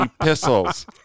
epistles